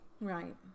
Right